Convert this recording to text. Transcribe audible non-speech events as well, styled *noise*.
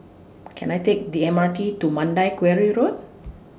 Can I Take The M R T to Mandai Quarry Road *noise*